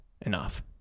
enough